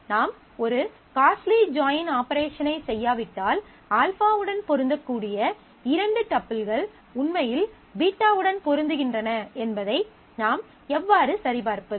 நாம் ஒரு costly join ஆபரேஷனைச் செய்யாவிட்டால் α உடன் பொருந்தக்கூடிய இரண்டு டப்பிள்கள் உண்மையில் β உடன் பொருந்துகின்றன என்பதை நாம் எவ்வாறு சரிபார்ப்பது